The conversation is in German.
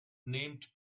nehmt